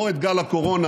לא את גל הקורונה,